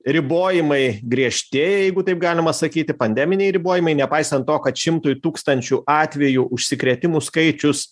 ribojimai griežtėja jeigu taip galima sakyti pandeminiai ribojimai nepaisant to kad šimtui tūkstančių atvejų užsikrėtimų skaičius